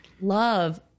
love